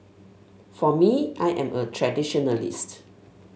for me I am a traditionalist